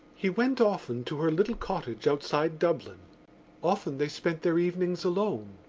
he went often to her little cottage outside dublin often they spent their evenings alone.